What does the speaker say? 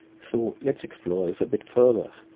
so lets explore this a bit further.